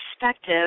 perspective